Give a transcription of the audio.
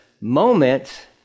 moment